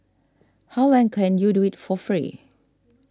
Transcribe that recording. how long can you do it for free